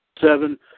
Seven